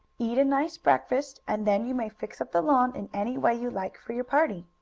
eat a nice breakfast, and then you may fix up the lawn in any way you like for your party.